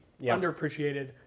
underappreciated